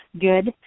good